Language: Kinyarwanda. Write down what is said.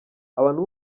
abantu